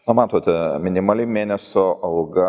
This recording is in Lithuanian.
o matote minimali mėnesio alga